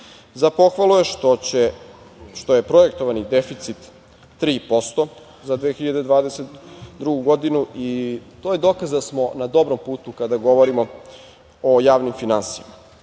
pohvalu je što je projektovani deficit 3% za 2022. godinu. To je dokaz da smo na dobrom putu kada govorimo o javnim finansijama.